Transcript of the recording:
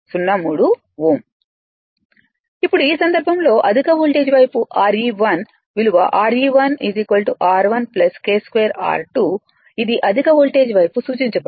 03 Ω ఇప్పుడు ఈ సందర్భంలో అధిక వోల్టేజ్ వైపు Re1 విలువ Re1 R1 K 2 R 2 ఇది అధిక వోల్టేజ్ వైపు సూచించబడుతుంది